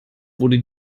wurde